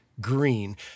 Green